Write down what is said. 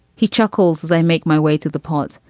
he chuckles as i make my way to the pot,